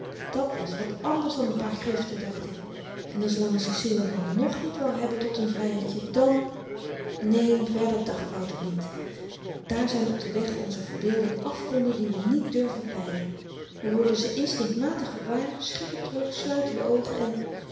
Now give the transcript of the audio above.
dat was wat ànders dan n paar griften dacht i en als lange ceciel hem dan ng niet wou hebben tot n vryertje dan neen verder dacht wouter niet daar zyn op den weg onzer verbeelding afgronden die we niet durven peilen wy worden ze instinktmatig gewaar schrikken terug sluiten de oogen en